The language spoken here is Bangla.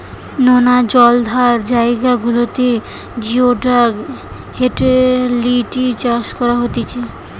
নোনা জলাধার জায়গা গুলাতে জিওডাক হিটেলিডি চাষ করা হতিছে